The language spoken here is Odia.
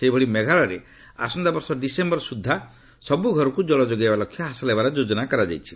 ସେହିଭଳି ମେଘାଳୟରେ ଆସନ୍ତା ବର୍ଷ ଡିସେମ୍ବର ସୁଦ୍ଧା ସବୁ ଘରକୁ ଜଳ ଯୋଗାଇବା ଲକ୍ଷ୍ୟ ହାସଲ ହେବାର ଯୋଜନା କରାଯାଇଛି